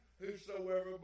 whosoever